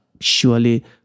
surely